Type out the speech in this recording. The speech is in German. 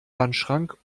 wandschrank